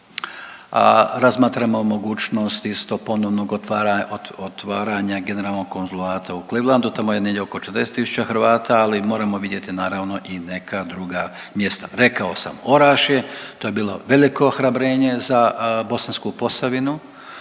razmatramo mogućnost isto ponovnog otvaranja Generalnog konzulata u Klevlandu, tamo je negdje oko 40 tisuća Hrvata, ali moramo vidjeti naravno i neka druga mjesta. Rekao sam Orašje, to je bilo veliko ohrabrenje za Bosansku Posavinu